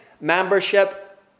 membership